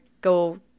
go